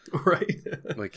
right